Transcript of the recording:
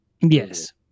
Yes